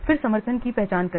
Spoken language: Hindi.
फिर समर्थन की पहचान करें